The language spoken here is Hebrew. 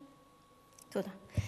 תודה.